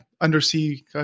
undersea